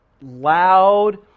loud